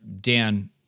Dan